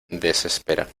desespera